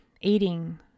eating